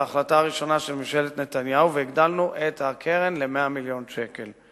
את ההחלטה הראשונה של ממשלת נתניהו והגדלנו את הקרן ל-100 מיליון שקל.